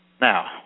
Now